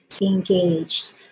engaged